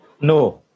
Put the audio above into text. No